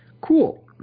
Cool